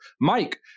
Mike